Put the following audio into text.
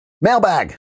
Mailbag